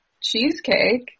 cheesecake